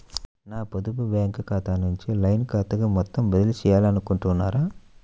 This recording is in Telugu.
నా పొదుపు బ్యాంకు ఖాతా నుంచి లైన్ ఖాతాకు మొత్తం బదిలీ చేయాలనుకుంటున్నారా?